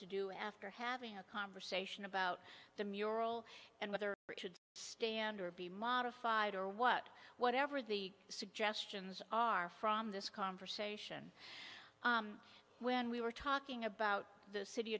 to do after having a conversation about the mural and whether it should stand or be modified or what whatever the suggestions are from this conversation when we were talking about the city